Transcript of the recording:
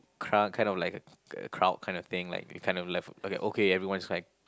crowd kind of like a a crowd kind of thing like you kind of left okay everyone is trying